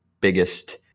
biggest